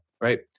Right